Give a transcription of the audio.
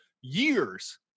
years